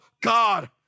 God